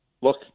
look